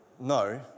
no